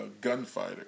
Gunfighter